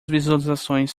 visualizações